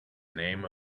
name